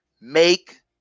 Make